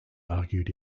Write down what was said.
argued